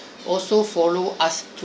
also follow us thro~